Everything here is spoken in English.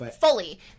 Fully